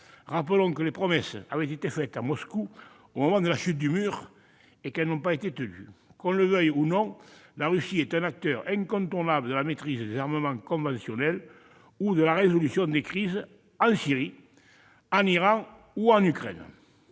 rappelons que des promesses avaient été faites à Moscou au moment de la chute du mur de Berlin, et qu'elles n'ont pas été tenues ... Qu'on le veuille ou non, la Russie est un acteur incontournable pour la maîtrise des armements conventionnels ou la résolution des crises en Syrie, en Iran ou en Ukraine.